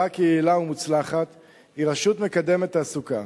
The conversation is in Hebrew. כיעילה ומוצלחת היא "רשות מקדמת תעסוקה".